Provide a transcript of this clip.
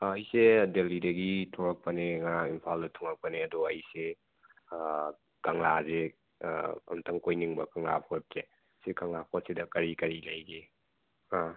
ꯑꯩꯁꯦ ꯗꯦꯂꯤꯗꯒꯤ ꯊꯣꯔꯛꯄꯅꯦ ꯉꯔꯥꯡ ꯏꯝꯐꯥꯜꯗ ꯊꯣꯔꯛꯄꯅꯦ ꯑꯗꯣ ꯑꯩꯁꯦ ꯀꯪꯂꯥꯁꯦ ꯑꯝꯇꯪ ꯀꯣꯏꯅꯤꯡꯕ ꯀꯪꯂꯥ ꯐꯣꯔꯠꯁꯦ ꯁꯤ ꯀꯪꯂꯥ ꯐꯣꯔꯠꯁꯤꯗ ꯀꯔꯤ ꯀꯔꯤ ꯂꯩꯒꯦ